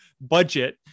budget